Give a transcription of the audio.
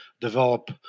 develop